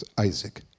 Isaac